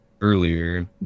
earlier